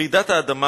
רעידת האדמה